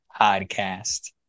Podcast